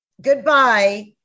Goodbye